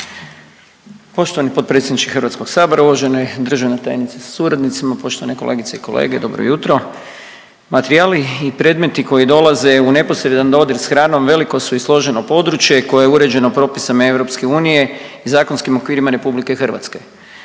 Poštovani potpredsjedniče HS, uvažena državna tajnice sa suradnicima, poštovane kolegice i kolege, dobro jutro. Materijali i predmeti koji dolaze u neposredan dodir s hranom veliko su i složeno područje koje je uređeno propisom EU i zakonskim okvirima RH. Svakako